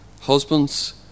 husbands